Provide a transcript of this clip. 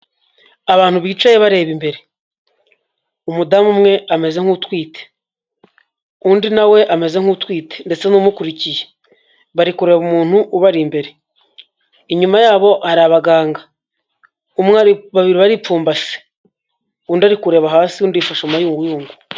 Abantu bicaye bareba imbere, umudamu umwe ameze nk'utwite, undi na we ameze nk'utwite ndetse n'umukurikiye, bari kureba umuntu ubari imbere, inyuma yabo hari abaganga, babiri baripfumbase, undi ari kureba hasi undi yifasha mu mayunguyungu.